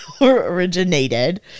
Originated